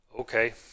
okay